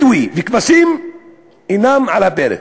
בדואי וכבשים אינם על הפרק.